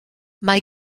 mae